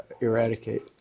eradicate